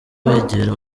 begera